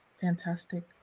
fantastic